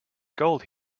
gold